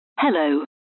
Hello